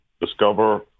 Discover